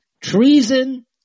treason